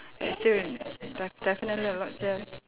that you still re~ def~ definitely a lot just